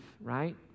right